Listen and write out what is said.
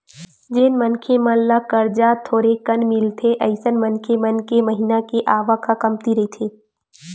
जेन मनखे मन ल करजा थोरेकन मिलथे अइसन मनखे मन के महिना के आवक ह कमती रहिथे